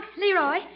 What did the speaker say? Leroy